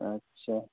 अच्छा